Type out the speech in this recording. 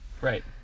Right